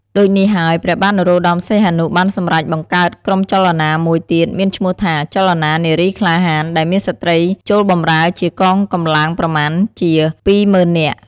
ដូចនេះហើយព្រះបាទ នរោត្តមសីហនុ បានសម្រេចបង្កើតក្រុមចលនាមួយទៀតមានឈ្មោះថា ចលនានារីក្លាហាន ដែលមានស្ត្រីចូលបម្រើជាកងកម្លាំងប្រមាណជា ២០,០០០ (២មុឺននាក់) ។